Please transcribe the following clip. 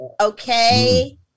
Okay